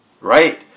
right